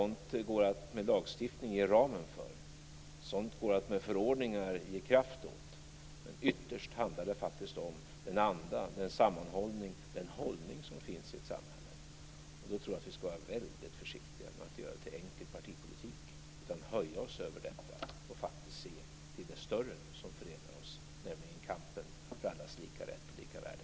Det går att med lagstiftning ge en ram för det och att med förordningar ge kraft åt det, men ytterst handlar det faktiskt om den anda, den sammanhållning och den hållning som finns i ett samhälle. Jag tror att vi ska vara väldigt försiktiga med att göra detta till enkel partipolitik. Vi ska höja oss över denna och se till det större som förenar oss, nämligen kampen för allas lika rätt och lika värde.